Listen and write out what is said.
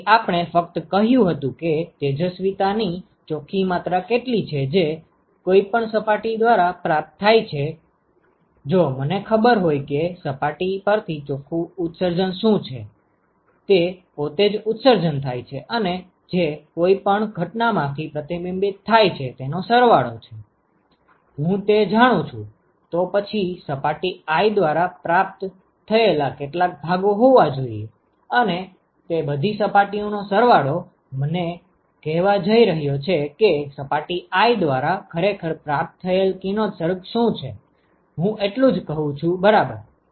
તેથી આપણે ફક્ત કહ્યું હતું કે તેજસ્વિતા ની ચોખ્ખી માત્રા કેટલી છે જે કોઈપણ સપાટી દ્વારા પ્રાપ્ત થાય છે જો મને ખબર હોય કે સપાટી પરથી ચોખ્ખું ઉત્સર્જન શું છે તે પોતે જ ઉત્સર્જન થાય છે અને જે કંઈ પણ ઘટનામાંથી પ્રતિબિંબિત થાય છે તેનો સરવાળો છે જો હું તે જાણું છું તો પછી સપાટી i દ્વારા પ્રાપ્ત થયેલા કેટલાક ભાગો હોવા જોઈએ અને તે બધી સપાટીઓનો સરવાળો મને કહેવા જઈ રહ્યો છે કે સપાટી i દ્વારા ખરેખર પ્રાપ્ત થયેલ કિરણોત્સર્ગ શું છે હું એટલું જ કહું છું બરાબર